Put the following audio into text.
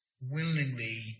willingly